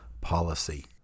policy